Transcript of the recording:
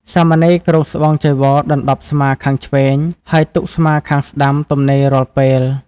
សាមណេរគ្រងស្បង់ចីវរដណ្តប់ស្មាខាងឆ្វេង ហើយទុកស្មាខាងស្តាំទំនេររាល់ពេល។